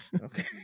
okay